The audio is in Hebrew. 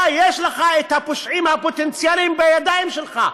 אתה, יש לך את הפושעים הפוטנציאליים בידיים שלך.